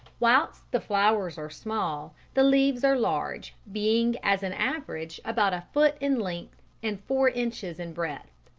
whilst the flowers are small, the leaves are large, being as an average about a foot in length and four inches in breadth.